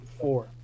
four